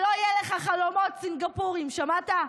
שלא יהיו לך חלומות סינגפוריים, שמעת?